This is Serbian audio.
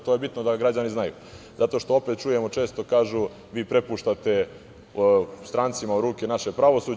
To je bitno da građani znaju zato što opet čujemo često kažu – vi prepuštate strancima u ruke naše pravosuđe.